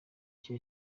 cya